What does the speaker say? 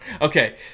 Okay